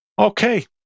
Okay